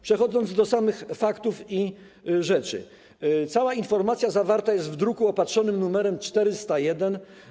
Przechodząc do samych faktów, powiem, iż cała informacja zawarta jest w druku opatrzonym numerem 401.